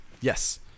Yes